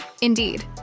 Indeed